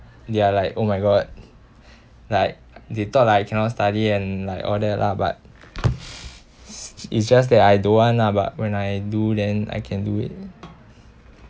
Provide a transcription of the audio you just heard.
they are like oh my god like they thought like I cannot study and like all that lah but it's just that I don't want lah but when I do then I can do it